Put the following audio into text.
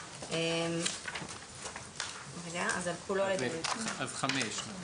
נדלג עד (5).